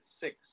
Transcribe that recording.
six